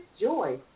joy